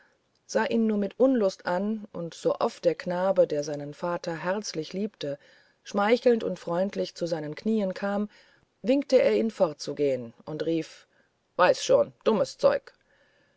sah ihn nur mit unlust an und sooft der knabe der seinen vater herzlich liebte schmeichelnd und freundlich zu seinen knien kam winkte er ihm fortzugehen und rief weiß schon dummes zeug